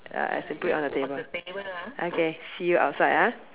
uh I say put it on the table okay see you outside ah